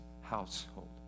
household